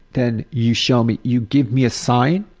then you show me, you give me a sign.